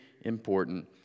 important